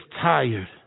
tired